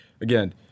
again